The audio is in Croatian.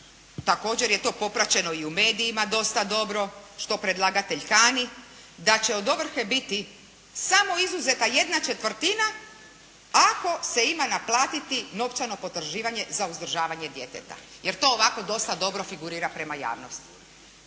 također je to popraćeno i u medijima dosta dobro što predlagatelj kani da će od ovrhe biti samo izuzeta ¼ ako se ima naplatiti novčano potraživanje za uzdržavanje djeteta, jer to ovako dosta dobro figurira prema javnosti.